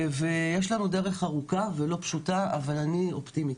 יש לנו דרך ארוכה ולא פשוטה, אבל אני אופטימית.